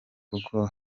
kuko